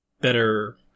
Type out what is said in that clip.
better